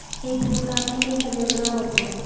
एक किलोग्राम में एक हजार ग्राम होते हैं